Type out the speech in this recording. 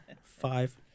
Five